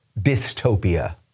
dystopia